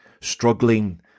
struggling